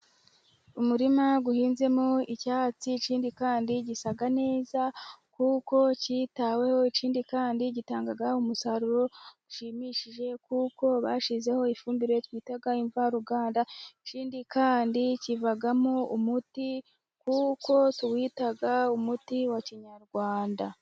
Umurima uhinzemo icyatsi, ikindi kandi gisa neza kuko cyitaweho, ikindi kandi gitanga umusaruro ushimishije kuko bashyizeho ifumbire twita imvarugarada, ikindi kandi kivamo umuti kuko tuwita umuti wa kinyarwanda.